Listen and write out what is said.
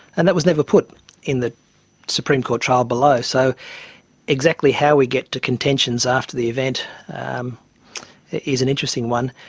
and that was never put in the supreme court trial below. so exactly how we get to contentions after the event is an interesting one.